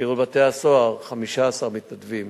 שירות בתי-הסוהר, 15 מתנדבים